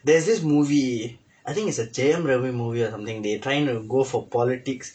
there's this movie I think it's a jayam ravi movie or something they trying to go for politics